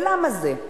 ולמה זה?